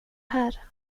här